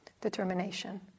determination